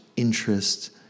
interest